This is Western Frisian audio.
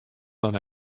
dan